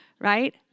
right